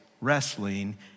wrestling